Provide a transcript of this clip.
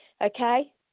Okay